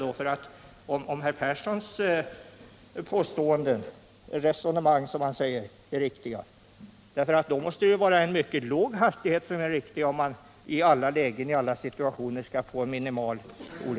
Om Arne Perssons resonemang är riktigt borde vi i stället ha mycket lägre hastigheter för att i alla situationer garantera minimal